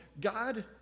God